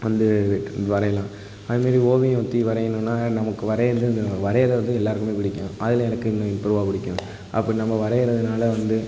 வந்து வரையலாம் அதுமாரி ஓவியத்தையும் வரையணுன்னா நமக்கு வரைகிறதுங்கிற வரைகிறது எல்லாருக்குமே பிடிக்கும் அதில் எனக்கு பிடிக்கும் அப்போ நம்ம வரையிறதனால வந்து